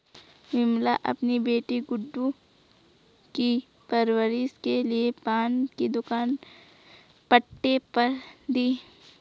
विमला अपनी बेटी गुड्डू की परवरिश के लिए पान की दुकान पट्टे पर दी